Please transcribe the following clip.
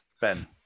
ben